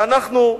ואנחנו,